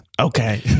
okay